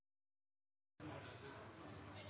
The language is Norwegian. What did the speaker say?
den